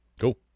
Cool